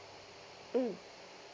mm